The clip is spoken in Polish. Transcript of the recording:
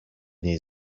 niej